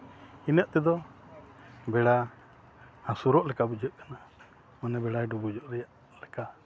ᱤᱱᱟᱹᱜ ᱛᱮᱫᱚ ᱵᱮᱲᱟ ᱦᱟᱹᱥᱩᱨᱚᱜ ᱞᱮᱠᱟ ᱵᱩᱡᱷᱟᱹᱜ ᱠᱟᱱᱟ ᱢᱟᱱᱮ ᱵᱮᱲᱟᱭ ᱰᱩᱵᱩᱡᱚᱜ ᱞᱮᱠᱟ